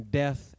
death